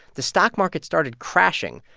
the stock market started crashing.